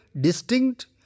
distinct